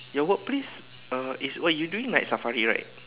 your work place uh is what you doing night safari right